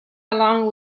along